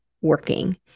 working